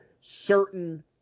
certain